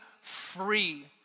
Free